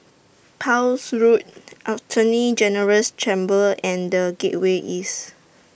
Pepys Road Attorney General's Chambers and The Gateway East